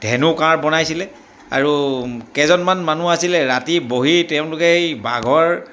ধেনু কাঁড় বনাইছিলে আৰু কেইজনমান মানুহ আছিলে ৰাতি বহি তেওঁলোকে এই বাঘৰ